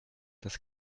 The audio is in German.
das